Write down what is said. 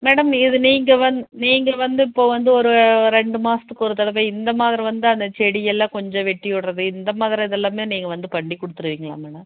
madam இது நீங்கள் வந் நீங்கள் வந்து இப்போது வந்து ஒரு ரெண்டு மாதத்துக்கு ஒரு தடவை இந்தமாதிரி வந்து அந்த செடியெல்லாம் கொஞ்சம் வெட்டி விட்றது இந்தமாதிரி இதெல்லாமே நீங்கள் வந்து பண்ணி கொடுத்துருவீங்களா மேடம்